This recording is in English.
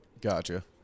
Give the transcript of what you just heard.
Gotcha